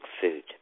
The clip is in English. food